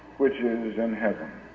which is in heaven.